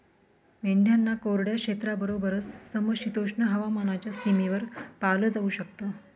मेंढ्यांना कोरड्या क्षेत्राबरोबरच, समशीतोष्ण हवामानाच्या सीमेवर पाळलं जाऊ शकत